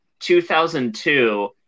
2002